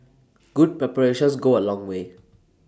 good preparations go A long way